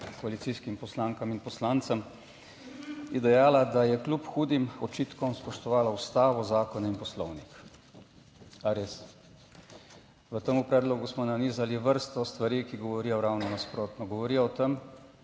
koalicijskim poslankam in poslancem, je dejala, da je kljub hudim očitkom spoštovala Ustavo, zakone in Poslovnik. A res? V tem predlogu smo nanizali vrsto stvari, ki govorijo ravno nasprotno. Govorijo o tem,